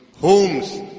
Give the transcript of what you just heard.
Homes